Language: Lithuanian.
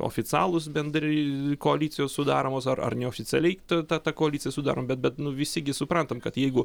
oficialūs bendri koalicijos sudaromos ar ar neoficialiai ta ta koaliciją sudarom bet bet nu visi gi suprantam kad jeigu